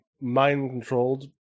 mind-controlled